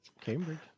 Cambridge